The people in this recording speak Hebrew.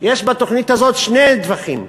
שתי דרכים: